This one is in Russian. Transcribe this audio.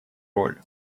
роль